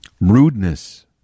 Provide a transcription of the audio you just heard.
Rudeness